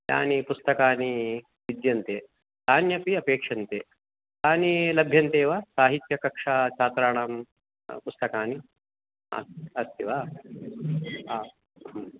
यानि पुस्तकानि विद्यन्ते तान्यपि अपेक्ष्यन्ते तानि लभ्यन्ते वा साहित्यकक्षाछात्राणां पुस्तकानि अस् अस्ति वा हा